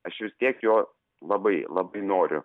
aš vis tiek jo labai labai noriu